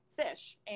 fish